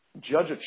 Judge